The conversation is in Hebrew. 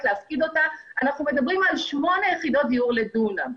להפקיד אנחנו מדברים על שמונה יחידות דיור לדונם.